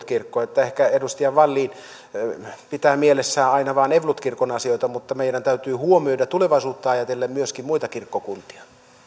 kirkko ehkä edustaja wallin pitää mielessään aina vain evankelisluterilainen kirkon asioita mutta meidän täytyy huomioida tulevaisuutta ajatellen myöskin muita kirkkokuntia